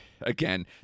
again